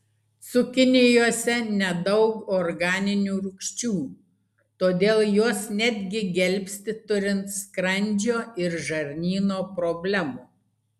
cukinijose nedaug organinių rūgčių todėl jos netgi gelbsti turint skrandžio ir žarnyno problemų